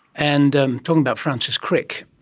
and talking about francis crick,